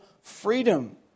freedom